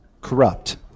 corrupt